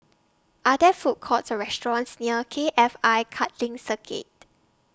Are There Food Courts Or restaurants near K F I Karting Circuit